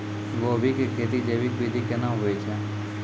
गोभी की खेती जैविक विधि केना हुए छ?